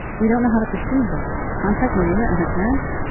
we don't know how to proceed though. contact maria and her parents.